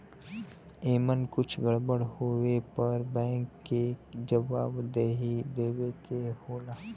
एमन कुछ गड़बड़ होए पे बैंक के जवाबदेही देवे के होला